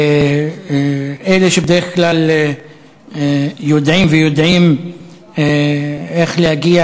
אלה שבדרך כלל יודעים ויודעים איך להגיע